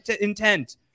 intent